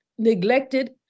neglected